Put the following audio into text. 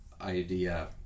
idea